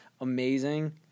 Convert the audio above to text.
amazing